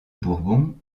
bourbon